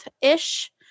ish